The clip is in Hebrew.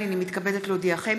הינני מתכבדת להודיעכם,